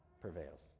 prevails